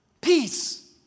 Peace